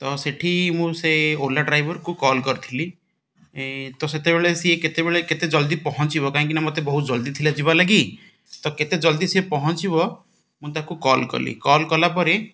ତ ସେଠି ମୁଁ ସେ ଓଲା ଡ୍ରାଇଭରକୁ କଲ୍ କରିଥିଲି ତ ସେତେବେଳେ ସିଏ କେତେବେଳେ କେତେ ଜଲ୍ଦି ପହଞ୍ଚିବ କାହିଁକି ନା ମୋତେ ବହୁତ ଜଲ୍ଦି ଥିଲା ଯିବା ଲାଗି ତ କେତେ ଜଲ୍ଦି ସିଏ ପହଞ୍ଚିବ ମୁଁ ତାକୁ କଲ୍ କଲି କଲ୍ କଲାପରେ